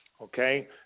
okay